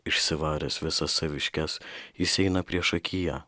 išsivaręs visas saviškes jis eina priešakyje